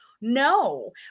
No